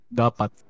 dapat